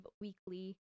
weekly